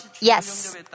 yes